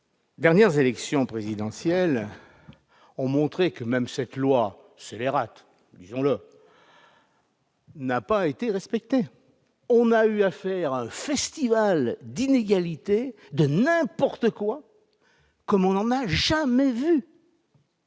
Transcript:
dernière élection présidentielle a montré que même cette loi scélérate- disons-le !-n'a pas été respectée. On a eu affaire à un festival d'inégalités et de n'importe quoi comme on n'en a jamais vu